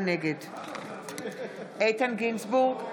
נגד איתן גינזבורג,